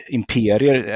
imperier